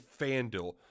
FanDuel